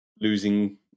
losing